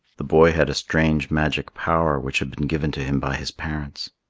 the boy had a strange magic power which had been given to him by his parents.